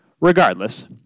Regardless